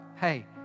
hey